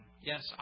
Yes